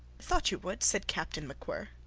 thought you would, said captain macwhirr.